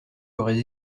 aurais